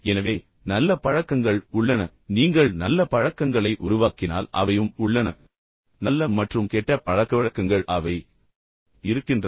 எனவே நல்ல பழக்கங்கள் உள்ளன நீங்கள் நல்ல பழக்கங்களை உருவாக்கினால் அவையும் உள்ளன நல்ல மற்றும் கெட்ட பழக்கவழக்கங்கள் அவை இருக்கின்றன